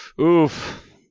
Oof